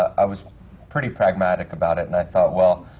i was pretty pragmatic about it. and i thought, well,